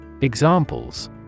Examples